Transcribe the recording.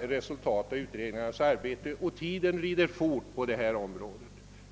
resultat av utredningarnas arbete presenteras, och tiden rider fort.